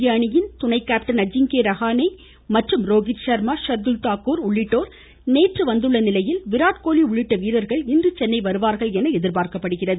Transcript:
இந்திய அணியில் துணை கேப்டன் அஜிங்கே ரஹானே மற்றும் ரோஹித் ஷர்மா ஷர்துல் தாகூர் உள்ளிட்டோர் நேற்று வந்த நிலையில் விராட்கோலி உள்ளிட்ட வீரர்கள் இன்று சென்னை வருவார்கள் என எதிர்பார்க்கப்படுகிறது